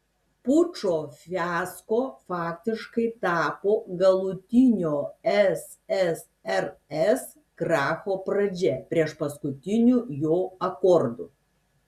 pučo fiasko faktiškai tapo galutinio ssrs kracho pradžia priešpaskutiniu jo akordu